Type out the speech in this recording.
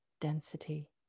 density